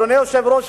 אדוני היושב-ראש,